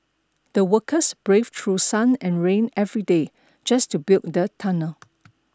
the workers braved through sun and rain every day just to build the tunnel